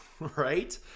Right